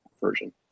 version